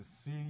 see